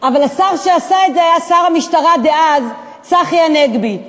אבל השר שעשה את זה היה שר המשטרה דאז צחי הנגבי,